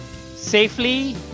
safely